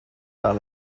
par